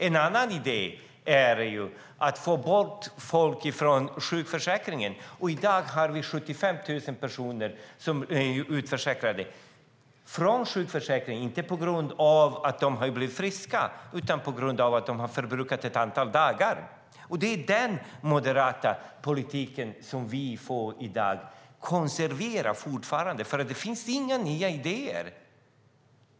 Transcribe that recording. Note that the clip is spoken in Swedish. En annan idé är att få bort folk från sjukförsäkringen. I dag är 75 000 personer utförsäkrade, inte på grund av att de har blivit friska utan på grund av att de har förbrukat ett antal dagar. Det är den moderata politiken som vi fortfarande får konservera i dag eftersom det inte finns några nya idéer.